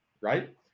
Right